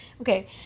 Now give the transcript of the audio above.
Okay